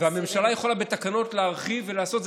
הממשלה יכולה בתקנות להרחיב ולעשות את